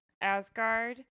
Asgard